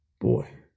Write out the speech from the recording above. Boy